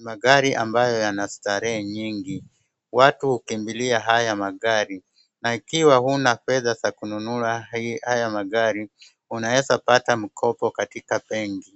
Magari ambayo yana starehe nyingi. Watu hukimbikia haya magari. Na ukiwa huna pesa za kununua haya magari unaweza pata mkopo katika benki.